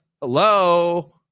Hello